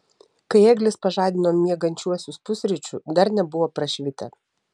kai ėglis pažadino miegančiuosius pusryčių dar nebuvo prašvitę